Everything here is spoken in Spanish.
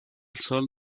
sol